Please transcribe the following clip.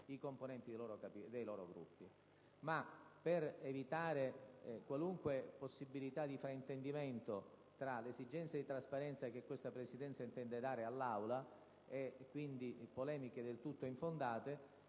i componenti dei loro Gruppi. Per evitare qualunque possibilità di fraintendimento circa la trasparenza che questa Presidenza intende garantire all'Aula, e quindi per evitare polemiche del tutto infondate,